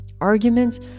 arguments